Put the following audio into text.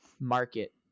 market